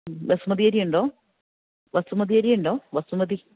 ബസുമതി അരിയുണ്ടോ ബസുമതി അരിയുണ്ടോ ബസുമതി